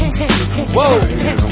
Whoa